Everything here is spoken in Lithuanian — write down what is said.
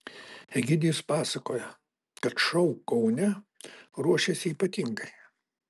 egidijus pasakoja kad šou kaune ruošiasi ypatingai